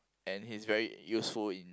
and he's very useful in